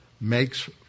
makes